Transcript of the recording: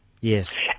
Yes